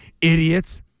idiots